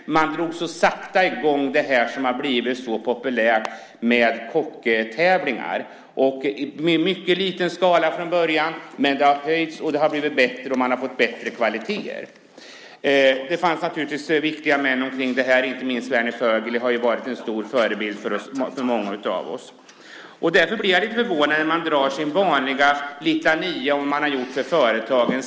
Och man drog så sakta i gång det som har blivit så populärt, nämligen kocktävlingar. Det var i mycket liten skala i början, men det har ökats och har blivit bättre, och man har fått bättre kvalitet. Det fanns naturligtvis viktiga män omkring det här. Inte minst har Werner Vögeli varit en stor förebild för många av oss. Därför blir jag lite förvånad när man drar sin vanliga litania om vad man har gjort för företagen.